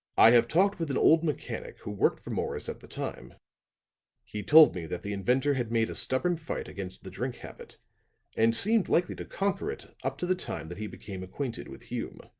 i have talked with an old mechanic who worked for morris at the time he told me that the inventor had made a stubborn fight against the drink habit and seemed likely to conquer it up to the time that he became acquainted with hume.